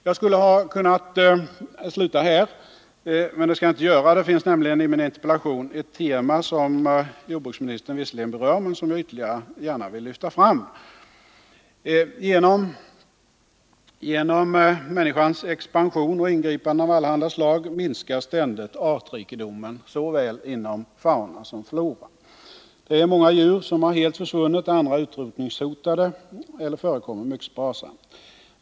Jag skulle ha kunnat sluta här, men det skall jag inte göra. Det finns nämligen i min interpellation ett tema som jordbruksministern visserligen berör men som jag ytterligare vill lyfta fram. Genom människans expansion och ingripanden av allehanda slag minskar ständigt artrikedomen inom såväl fauna som flora. Det är många djur som helt försvunnit, andra är utrotningshotade eller förekommer mycket sparsamt.